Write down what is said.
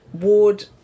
Ward